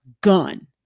gun